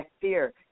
fear